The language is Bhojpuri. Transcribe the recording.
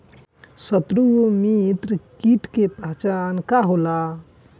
सत्रु व मित्र कीट के पहचान का होला?